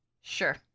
Sure